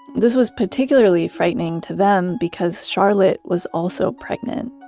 this was particularly frightening to them because charlot was also pregnant.